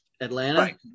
Atlanta